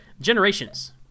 generations